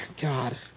God